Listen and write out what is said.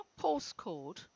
postcode